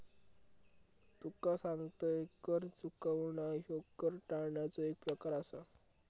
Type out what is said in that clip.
तुका सांगतंय, कर चुकवणा ह्यो कर टाळण्याचो एक प्रकार आसा